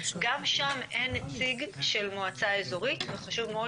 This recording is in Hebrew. גם שם אין נציג של מועצה אזורית וחשוב מאוד